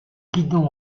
guidon